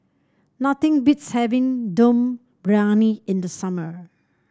nothing beats having Dum Briyani in the summer